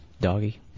Doggy